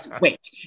Wait